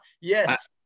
Yes